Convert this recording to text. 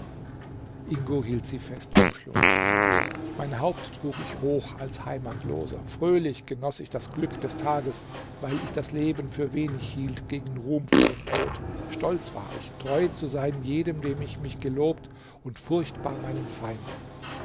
ingo hielt sie fest umschlungen mein haupt trug ich hoch als heimatloser fröhlich genoß ich das glück des tages weil ich das leben für wenig hielt gegen ruhmvollen tod stolz war ich treu zu sein jedem dem ich mich gelobt und furchtbar meinen feinden